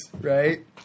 right